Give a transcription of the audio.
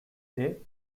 day